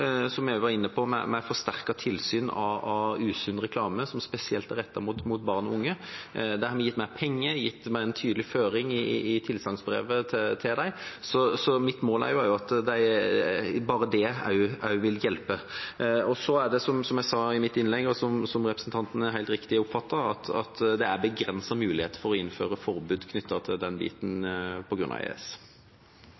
som jeg også var inne på, forsterket tilsyn av usunn reklame som spesielt er rettet mot barn og unge. Der har vi gitt mer penger og gitt en tydelig føring i tilsagnsbrevet. Så mitt mål er at bare det også vil hjelpe. Så er det, som jeg sa i mitt innlegg, og som representanten helt riktig har oppfattet, begrensede muligheter for å innføre forbud knyttet til den biten